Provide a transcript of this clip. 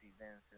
events